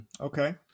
okay